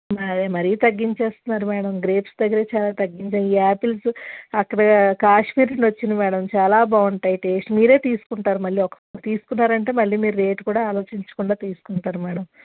మే మరి తగ్గిస్తున్నారు madam grapes దగ్గర చాలా తగ్గించా ఈ ఆపిల్స్ అక్కడ కాశ్మీర్ నుండి వచ్చింది మేడం చాలా బాగుంటాయి టేస్ట్ మీరే తీసుకుంటారు మళ్ళీ ఒకసారి తీసుకున్నారు అంటే మళ్ళీ రేటు కూడా ఆలోచించకుండా తీసుకుంటారు మేడం